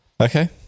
okay